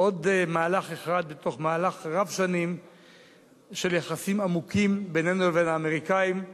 עוד מהלך אחד בתוך מהלך רב שנים של יחסים עמוקים בינינו לבין האמריקנים,